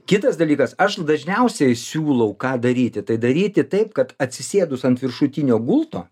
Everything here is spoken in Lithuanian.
kitas dalykas aš dažniausiai siūlau ką daryti tai daryti taip kad atsisėdus ant viršutinio gulto